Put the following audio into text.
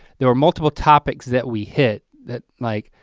there are multiple topics that we hit that, like,